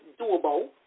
doable